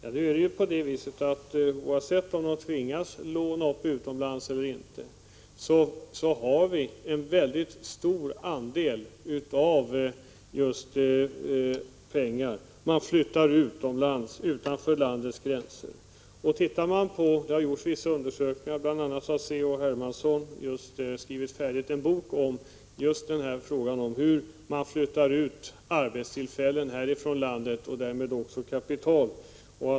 Nu är det ju på det sättet, att oavsett om företagen tvingas låna upp utomlands eller inte, så finns det en väldigt stor andel pengar. Man flyttar utanför landets gränser. Vi kan se på olika undersökningar. Bl. a. har C.-H. Hermansson just blivit färdig med en bok om hur man flyttar ut arbetstillfällen från Sverige och därmed också kapital.